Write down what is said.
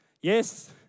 yes